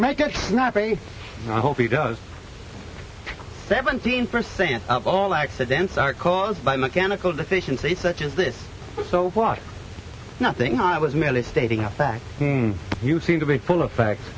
make it snappy i hope he does seventeen percent of all accidents are caused by mechanical deficiency such as this so what nothing i was merely stating a fact you seem to be full of fact